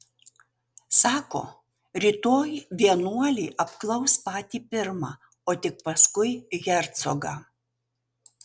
sako rytoj vienuolį apklaus patį pirmą o tik paskui hercogą